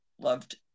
loved